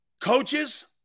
Coaches